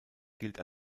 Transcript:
gilt